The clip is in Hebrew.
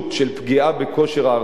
של פגיעה בכושר ההרתעה,